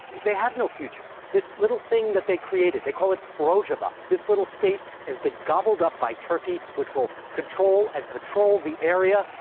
they have no future. this little thing that they created they call it rojava this little state has been gobbled up by turkey, which will control and patrol the area.